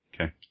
Okay